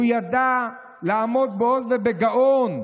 הוא ידע לעמוד בעוז ובגאון,